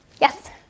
Yes